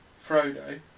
Frodo